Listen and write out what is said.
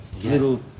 little